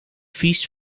vies